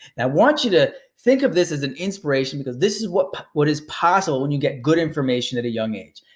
want you to think of this as an inspiration because this is what what is possible when you get good information at a young age.